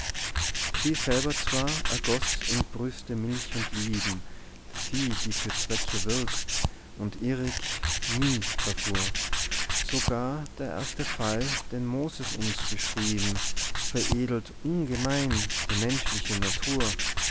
sie selber zwar ergoß in brüste milch und lieben sie die für zwecke wirkt und irrig nie verfuhr so gar der erste fall den moses uns beschrieben veredelt ungemein die menschliche natur